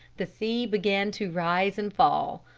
the sea began to rise and fall.